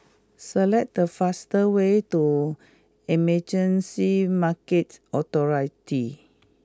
select the fastest way to Emergency Market Authority